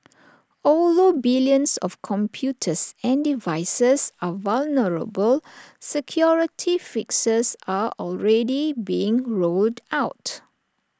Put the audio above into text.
although billions of computers and devices are vulnerable security fixes are already being rolled out